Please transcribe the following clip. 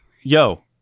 Yo